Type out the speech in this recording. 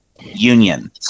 union